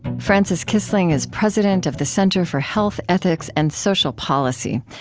frances kissling is president of the center for health, ethics and social policy,